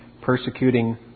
persecuting